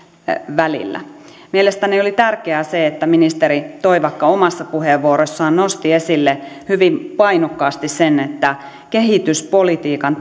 välillä mielestäni oli tärkeää se että ministeri toivakka omassa puheenvuorossaan nosti esille hyvin painokkaasti sen että kehityspolitiikan